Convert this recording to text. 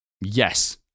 yes